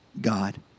God